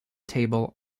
table